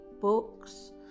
books